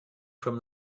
from